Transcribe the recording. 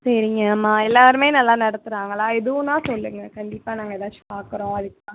சரிங்க அம்மா எல்லோருமே நல்லா நடத்துகிறாங்களா எதுவுன்னால் சொல்லுங்கள் கண்டிப்பாக நாங்கள் ஏதாச்சும் பார்க்கறோம் அதுக்கு தான்